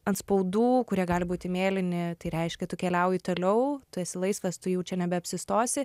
atspaudų kurie gali būti mėlyni tai reiškia tu keliauji toliau tu esi laisvas tu jau čia nebeapsistosi